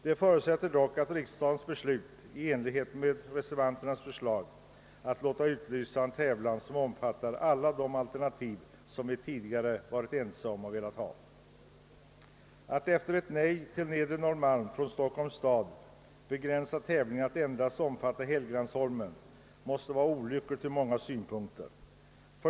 Detta förutsätter dock att riksdagen beslutar i enlighet med reservanternas förslag och låter utlysa en tävling som om fattar alla de alternativ som vi tidigare varit ense om. Att efter ett nej från Stockholms stad till en placering på Nedre Norrmalm begränsa tävlingen till att omfatta endast Helgeandsholmen måste vara olyckligt ur många synpunkter.